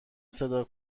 صدا